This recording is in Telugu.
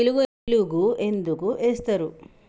జిలుగు ఎందుకు ఏస్తరు?